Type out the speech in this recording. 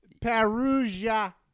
Perugia